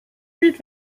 nüüd